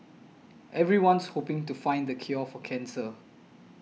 everyone's hoping to find the cure for cancer